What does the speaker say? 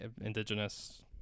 indigenous